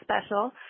special